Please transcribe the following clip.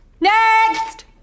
next